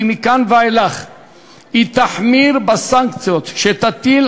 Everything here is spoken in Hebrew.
כי מכאן ואילך היא תחמיר בסנקציות שתטיל,